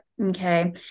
Okay